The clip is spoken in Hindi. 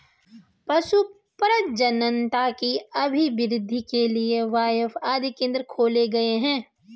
पशु प्रजननता की अभिवृद्धि के लिए बाएफ आदि केंद्र खोले गए हैं